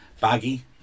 baggy